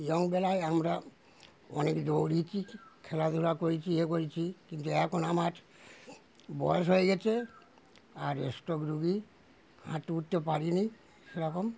ইয়ংবেলায় আমরা অনেক দৌড়িয়েছি খেলাধুলা করেছি ইয়ে করেছি কিন্তু এখন আমার বয়স হয়ে গেছে আর স্ট্রোক রুগী হাঁটু উঠতে পারি নি সেরকম